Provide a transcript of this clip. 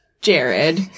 Jared